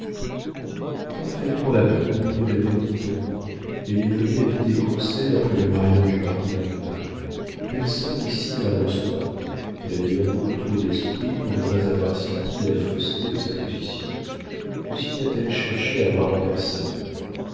parfaitement la même lui répondit-on elle est venue habiter courcelles après le mariage du marquis d'ajuda personne ici ne la reçoit elle a d'ailleurs beaucoup trop d'esprit pour ne pas avoir senti la fausseté de sa position aussi n'a-t-elle cherché à voir personne